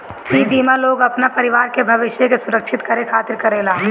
इ बीमा लोग अपना परिवार के भविष्य के सुरक्षित करे खातिर करेला